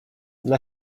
dla